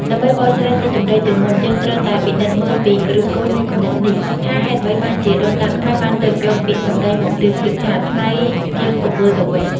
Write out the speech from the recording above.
ដើម្បីបកស្រាយស៊ីជម្រៅជាងមុន យើងត្រូវតែពិនិត្យមើលពីឫសគល់នៃគំនិតនេះ ថាហេតុអ្វីបានជាដូនតាខ្មែរបានលើកយកពាក្យសម្ដីមកប្រៀបធៀបថា "ថ្លៃ" ជាងទង្វើទៅវិញ។